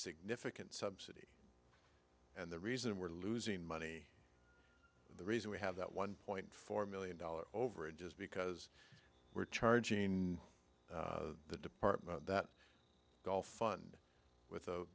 significant subsidy and the reason we're losing money the reason we have that one point four million dollars over a just because we're charging the department that golf fun with